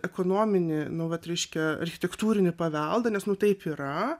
ekonominį nu vat reiškia architektūrinį paveldą nes taip yra